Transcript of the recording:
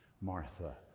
Martha